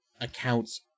accounts